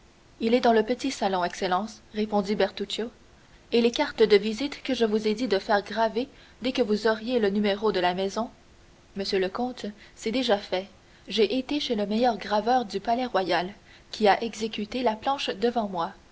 il est dans le petit salon excellence répondit bertuccio et les cartes de visite que je vous ai dit de faire graver dès que vous auriez le numéro de la maison monsieur le comte c'est déjà fait j'ai été chez le meilleur graveur du palais-royal qui a exécuté la planche devant moi